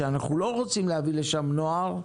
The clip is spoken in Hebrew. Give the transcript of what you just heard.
אנחנו לא רוצים להביא לשם נוער,